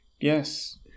yes